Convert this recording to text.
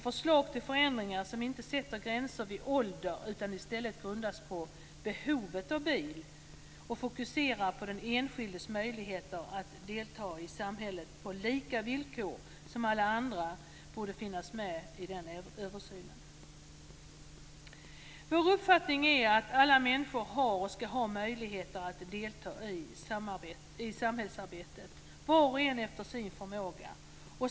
Förslag till förändringar som inte sätter gränser vid ålder utan i stället grundas på behovet av bil och fokuserar på den enskildes möjligheter att delta i samhället på lika villkor som alla andra borde finnas med i den översynen. Vår uppfattning är att alla människor har och ska ha möjlighet att delta i samhällsarbetet, var och en efter sin förmåga.